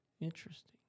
Interesting